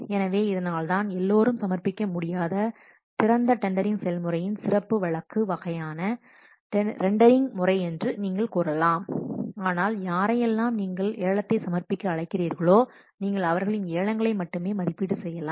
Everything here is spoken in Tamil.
எனவே இதனால்தான் எல்லோரும் சமர்ப்பிக்க முடியாத திறந்த டெண்டரிங் செயல்முறையின் சிறப்பு வழக்கு வகையான ரெண்டரிங் முறை என்று நீங்கள் கூறலாம் ஆனால் யாரையெல்லாம் நீங்கள் ஏலத்தை சமர்ப்பிக்க அழைக்கிறீர்களோ நீங்கள் அவர்களின் ஏலங்களை மட்டும் மதிப்பீடு செய்யலாம்